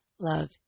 love